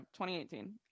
2018